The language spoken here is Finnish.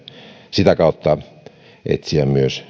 sitä kautta etsiä myös